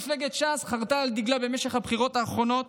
מפלגת ש"ס חרטה על דגלה במשך הבחירות האחרונות